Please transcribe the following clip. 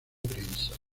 prensa